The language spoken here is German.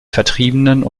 vertriebenen